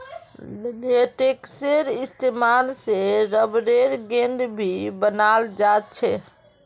लेटेक्सेर इस्तेमाल से रबरेर गेंद भी बनाल जा छे